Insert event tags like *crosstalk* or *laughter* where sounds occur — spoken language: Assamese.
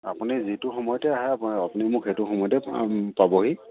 আপুনি যিটো সময়তে আহে *unintelligible* আপুনি মোক সেইটো সময়তে পাবহি